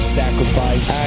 sacrifice